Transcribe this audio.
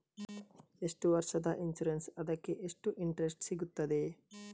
ಎಷ್ಟು ವರ್ಷದ ಇನ್ಸೂರೆನ್ಸ್ ಅದಕ್ಕೆ ಎಷ್ಟು ಇಂಟ್ರೆಸ್ಟ್ ಸಿಗುತ್ತದೆ?